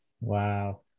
Wow